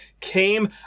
came